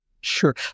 Sure